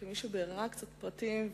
כמי שביררה קצת פרטים,